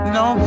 no